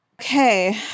Okay